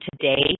today